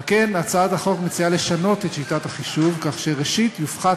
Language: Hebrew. על כן הצעת החוק מציעה לשנות את שיטת החישוב כך שראשית יופחת